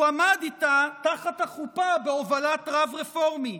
הוא עמד איתה תחת החופה בהובלת רב רפורמי.